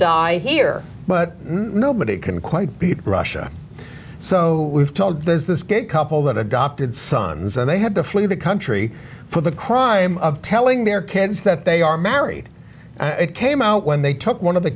die here but nobody can quite beat russia so we've told there's this good couple that adopted sons and they had to flee the country for the crime of telling their kids that they are married and it came out when they took one of the